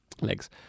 legs